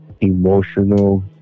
emotional